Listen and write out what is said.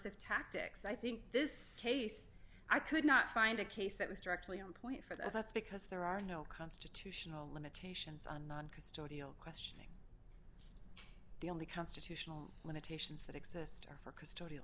e tactics i think this case i could not find a case that was directly on point for that's because there are no constitutional limitations on non custodial questioning the only constitutional limitations that exist are for custodial